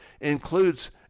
includes